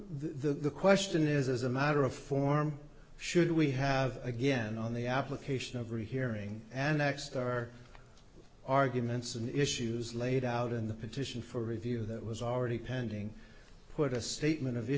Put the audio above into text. it the question is as a matter of form should we have again on the application of rehearing and next are arguments and issues laid out in the petition for review that was already pending put a statement of